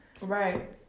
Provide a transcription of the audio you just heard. Right